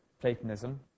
Platonism